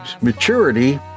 maturity